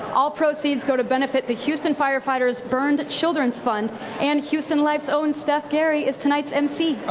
all proceeds go to benefit the houston firefighters burned children's fund and houston life's own steph gary is tonight's emcee.